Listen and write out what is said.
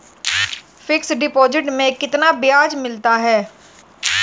Fix deposit में कितना ब्याज मिलता है?